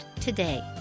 today